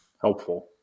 Helpful